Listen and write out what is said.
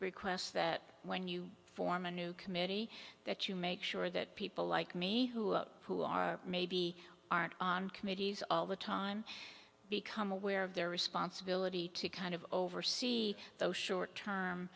request that when you form a new committee that you make sure that people like me who maybe aren't on committees all the time become aware of their responsibility to kind of oversee those short term